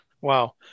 Wow